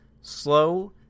slow